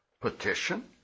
Petition